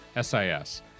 SIS